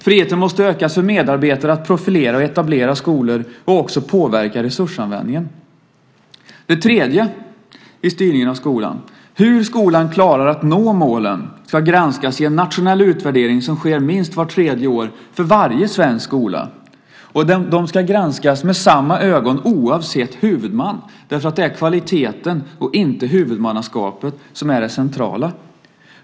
Friheten måste öka för medarbetare att profilera och etablera skolor och också påverka resursanvändningen. För det tredje ska hur skolan klarar att nå målen granskas i en nationell utvärdering som sker minst vart tredje år för varje svensk skola. De ska också granskas med samma ögon oavsett huvudman. Det är nämligen kvaliteten och inte huvudmannaskapet som är det centrala.